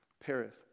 Paris